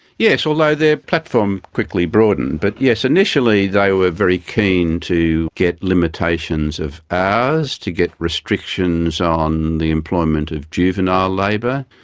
yes, although their platform quickly broadened. but, yes, initially they were very keen to get limitations of hours, to get restrictions on the employment of juvenile labour,